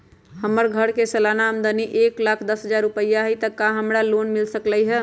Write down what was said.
हमर घर के सालाना आमदनी एक लाख दस हजार रुपैया हाई त का हमरा लोन मिल सकलई ह?